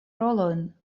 rolojn